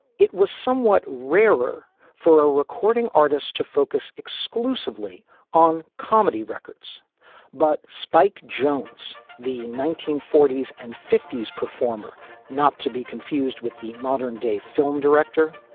it was somewhat rarer for a recording artist to focus exclusively on comedy records but spike jones, the nineteen forty s and fifty s performer not to be confused with the modern day film director,